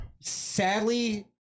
Sadly